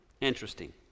Interesting